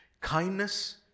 kindness